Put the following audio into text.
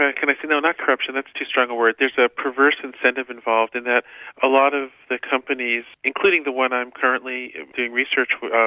ah kind of no not corruption that's too strong a word, there's a perverse incentive involved in that a lot of the companies, including the one i'm currently doing research with,